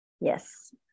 Yes